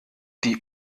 die